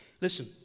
Listen